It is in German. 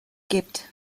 gibt